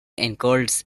includes